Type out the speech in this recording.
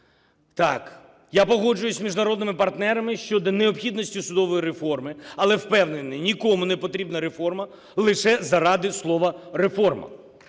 Так, я погоджуюся з міжнародними партнерами щодо необхідності судової реформи. Але, впевнений, нікому не потрібна реформа лише заради слова "реформа".